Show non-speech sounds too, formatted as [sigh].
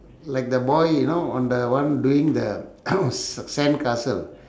like the boy you know on the one doing the [noise] s~ sandcastle